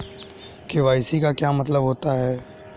KYC का क्या मतलब होता है?